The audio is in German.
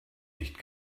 nicht